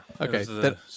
okay